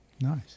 Nice